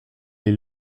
est